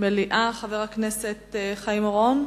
חבר הכנסת גדעון עזרא?